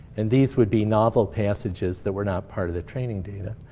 and these would be novel passages that were not part of the training data.